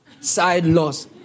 side-laws